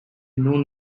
known